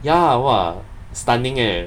ya !wah! stunning eh